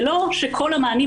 ולא שכל המענים,